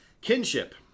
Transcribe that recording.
Kinship